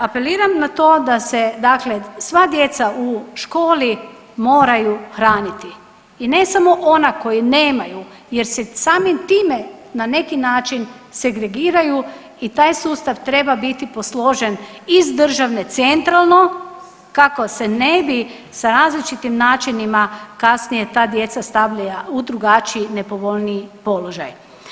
Apeliram na to da se, dakle sva djeca u školi moraju hraniti i ne samo ona koja nemaju, jer se samim time na neki način segregiraju i taj sustav treba biti posložen iz države centralno kako se ne bi sa različitim načinima kasnije ta djeca stavljala u drugačiji nepovoljniji položaj.